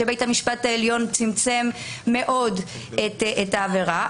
שבית המשפט העליון צמצם מאוד את העבירה.